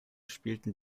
spielten